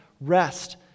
rest